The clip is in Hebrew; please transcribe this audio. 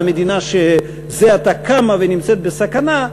למדינה שזה עתה קמה ונמצאת בסכנה.